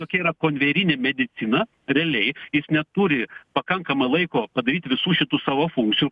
tokia yra konverinė medicina realiai jis neturi pakankamai laiko padaryt visų šitų savo funkcijų